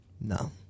No